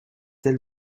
elles